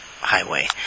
highway